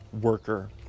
worker